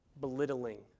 belittling